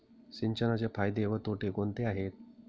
सिंचनाचे फायदे व तोटे कोणते आहेत?